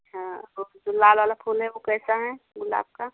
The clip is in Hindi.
अच्छा वह जो लाल वाला फूल वह कैसा है गुलाब का